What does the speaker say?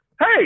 hey